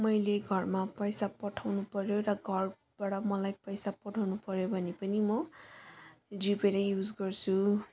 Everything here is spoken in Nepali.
मैले घरमा पैसा पठाउनु पर्यो र घरबाट मलाई पैसा पठाउनु पर्यो भने पनि म जिपे नै युज गर्छु